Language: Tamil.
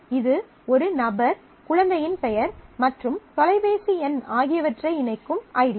இது ஒரு நபர் குழந்தையின் பெயர் மற்றும் தொலைபேசி எண் ஆகியவற்றை இணைக்கும் ஐடியா